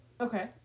Okay